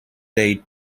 day